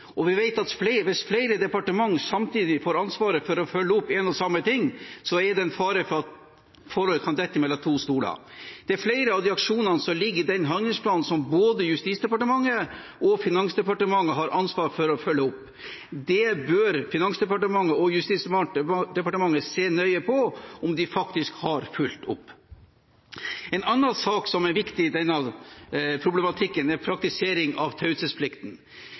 Vi vet at hvis flere departementer får ansvaret for å følge opp en og samme ting samtidig, er det en fare for at forhold kan dette mellom to stoler. Det er flere av de aksjonene som ligger i den handlingsplanen, som både Justisdepartementet og Finansdepartementet har ansvar for å følge opp. Det bør Finansdepartementet og Justisdepartementet se nøye på om de faktisk har fulgt opp. En annen sak som er viktig i denne problematikken, er praktisering av